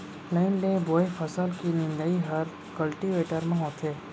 line ले बोए फसल के निंदई हर कल्टीवेटर म होथे